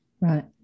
right